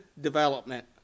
development